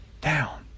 down